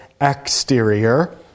exterior